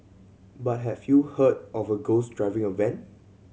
but have you heard of a ghost driving a van